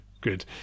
good